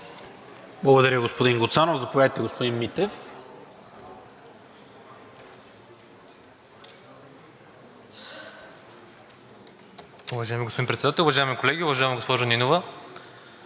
Благодаря, господин Гуцанов. Заповядайте, господин Митев.